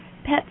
pet's